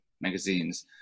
magazines